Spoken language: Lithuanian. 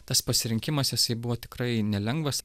tas pasirinkimas jisai buvo tikrai nelengvas